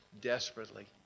desperately